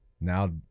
now